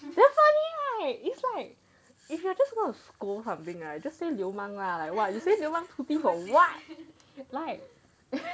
damn funny right it's like if you are just going to scold or something ah just say 流氓 lah like what you say 流氓土地 for what like